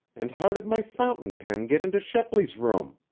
and how did my fountain pen get into shepley's room?